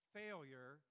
failure